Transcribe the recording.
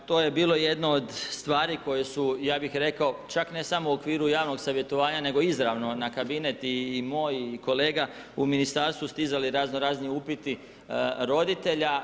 Pa to je bilo jedno od stvari koje su, ja bih rekao, čak ne samo u okviru javnog savjetovanja nego izravno na kabinet i moj i kolega u ministarstvu stizali razno razni upiti roditelja.